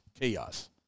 chaos